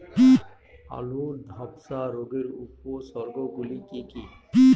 আলুর ধ্বসা রোগের উপসর্গগুলি কি কি?